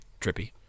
trippy